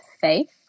Faith